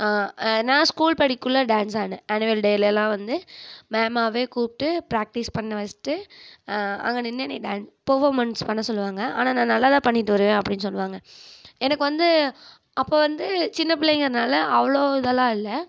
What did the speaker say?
நான் ஸ்கூல் படிக்கக்குள்ளே டான்ஸ் ஆடினேன் ஆனுவல் டேலலாம் வந்து மேம்மாகவே கூப்பிட்டு பிராக்டீஸ் பண்ண வச்சுட்டு அங்கே நின்று என்னை டான்ஸ் பெர்ஃபாமெண்ட்ஸ் பண்ண சொல்வாங்க ஆனால் நான் நல்லாதான் பண்ணிவிட்டு வருவேன் அப்படின்னு சொல்வாங்க எனக்கு வந்து அப்போது வந்து சின்னப் பிள்ளைங்கிறதுனால அவ்வளோ இதெல்லாம் இல்லை